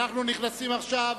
אנחנו נכנסים עכשיו